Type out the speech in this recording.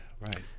Right